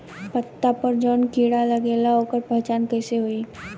पत्ता पर जौन कीड़ा लागेला ओकर पहचान कैसे होई?